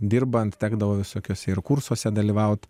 dirbant tekdavo visokiose ir kursuose dalyvauti